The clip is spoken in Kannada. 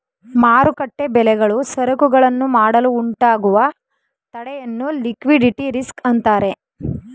ಮಾರುಕಟ್ಟೆ ಬೆಲೆಗಳು ಸರಕುಗಳನ್ನು ಮಾಡಲು ಉಂಟಾಗುವ ತಡೆಯನ್ನು ಲಿಕ್ವಿಡಿಟಿ ರಿಸ್ಕ್ ಅಂತರೆ